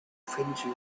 fringes